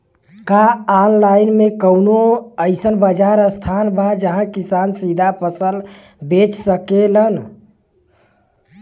का आनलाइन मे कौनो अइसन बाजार स्थान बा जहाँ किसान सीधा फसल बेच सकेलन?